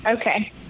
Okay